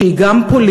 שהיא גם פוליטית